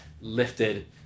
lifted